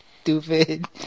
stupid